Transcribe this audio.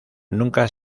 nunca